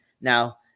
Now